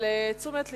לתשומת לבכם,